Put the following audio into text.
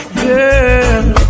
girl